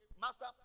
master